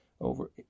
over